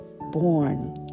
born